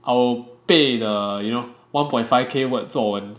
I will 背 the you know one point five K words 作文